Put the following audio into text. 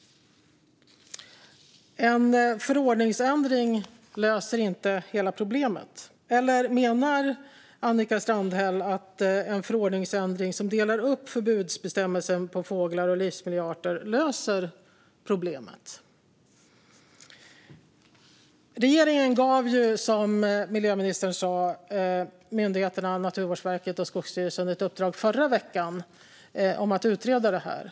En förordningsändring löser inte hela problemet. Eller menar Annika Strandhäll att en förordningsändring som delar upp förbudsbestämmelsen på fåglar och livsmiljöarter löser problemet? Regeringen gav, som miljöministern sa, myndigheterna Naturvårdsverket och Skogsstyrelsen ett uppdrag förra veckan om att utreda det här.